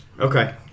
Okay